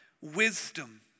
wisdom